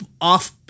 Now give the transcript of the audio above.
off